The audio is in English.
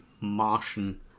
Martian